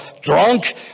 drunk